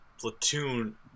platoon